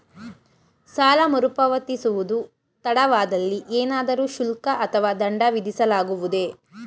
ಸಾಲ ಮರುಪಾವತಿಸುವುದು ತಡವಾದಲ್ಲಿ ಏನಾದರೂ ಶುಲ್ಕ ಅಥವಾ ದಂಡ ವಿಧಿಸಲಾಗುವುದೇ?